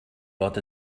fod